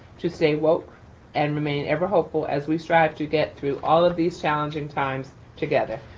to stay woke and remain ever hopeful as we strive to get through all of these challenging times together.